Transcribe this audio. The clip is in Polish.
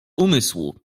umysłu